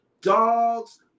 dogs